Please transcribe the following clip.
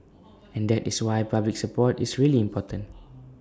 and that is why public support is really important